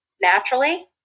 naturally